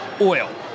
oil